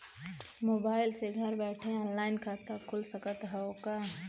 Mobile से घर बैठे ऑनलाइन खाता खुल सकत हव का?